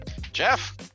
Jeff